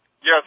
Yes